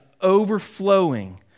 overflowing